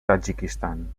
tadjikistan